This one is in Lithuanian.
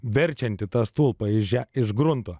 verčianti tą stulpą iš že iš grunto